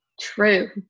true